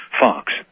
Fox